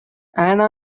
anna